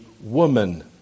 woman